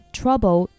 trouble